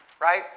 right